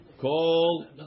call